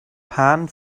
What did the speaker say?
pan